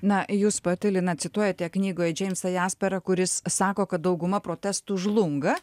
na jūs pati lina cituojate knygoj džeimsą jasperą kuris sako kad dauguma protestų žlunga